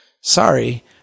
Sorry